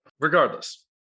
regardless